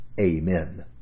amen